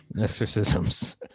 Exorcisms